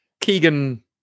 Keegan